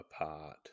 apart